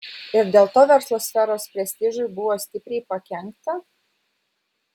ir dėl to verslo sferos prestižui buvo stipriai pakenkta